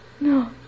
No